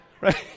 right